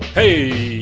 hey,